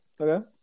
Okay